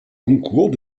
concours